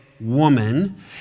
woman